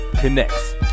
Connects